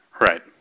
Right